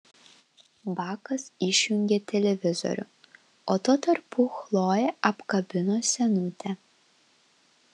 bakas išjungė televizorių o tuo tarpu chlojė apkabino senutę